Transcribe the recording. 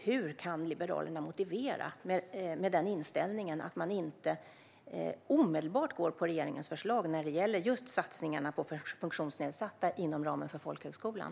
Hur kan Liberalerna, med den inställning man har, motivera att man inte omedelbart går på regeringens förslag när det gäller just satsningarna på funktionsnedsatta inom ramen för folkhögskolan?